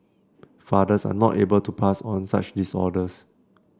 fathers are not able to pass on such disorders